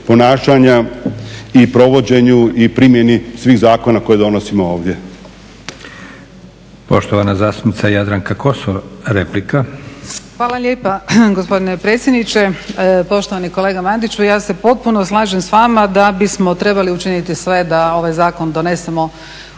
ponašanja i provođenju i primjeni svih zakona koje donosimo ovdje.